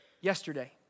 yesterday